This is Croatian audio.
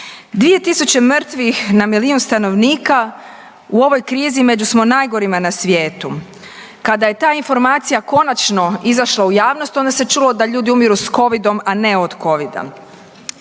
2.000 mrtvih na milijun stanovnika u ovoj krizi među smo najgorima na svijetu, kada je ta informacija konačno izašla u javnost onda se čulo da ljudi umiru s covidom, a ne od covida.